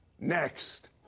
Next